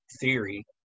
theory